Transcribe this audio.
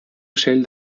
ocell